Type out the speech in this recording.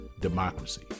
democracy